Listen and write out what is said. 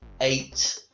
eight